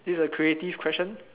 this is a creative question